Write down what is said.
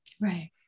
Right